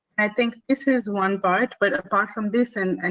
i think this is one part, but apart from this and and